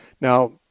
Now